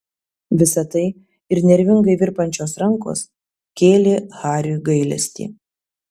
visa tai ir nervingai virpančios rankos kėlė hariui gailestį